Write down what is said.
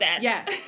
Yes